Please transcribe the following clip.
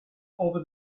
over